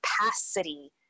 capacity